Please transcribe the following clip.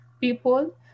people